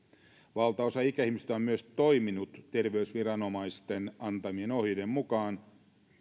valtaosa ikäihmisistä on myös toiminut terveysviranomaisten antamien ohjeiden mukaan